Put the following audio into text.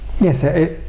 yes